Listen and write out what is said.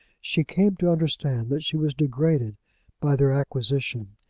she came to understand that she was degraded by their acquisition.